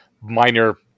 minor